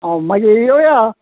आं मागीर येवया